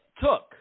took